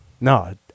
No